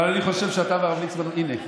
אבל אני חושב שאתה והרב ליצמן הינה,